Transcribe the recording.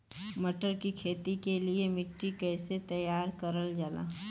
मटर की खेती के लिए मिट्टी के कैसे तैयार करल जाला?